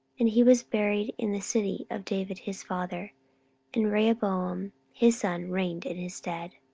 and he was buried in the city of david his father and rehoboam his son reigned in his stead.